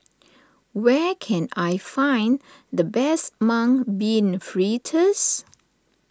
where can I find the best Mung Bean Fritters